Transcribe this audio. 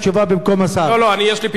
יש לי פתרון לעניין הזה.